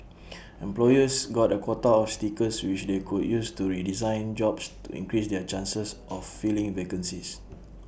employers got A quota of stickers which they could use to redesign jobs to increase their chances of filling vacancies